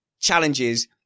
challenges